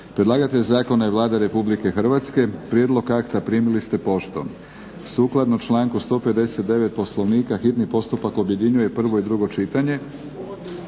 Predlagatelj zakona je Vlada Republike Hrvatske. Prijedlog akta primili ste poštom. Sukladno članku 159. Poslovnika hitni postupak objedinjuje prvo i drugo čitanje.